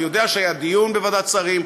אני יודע שהיה דיון בוועדת שרים,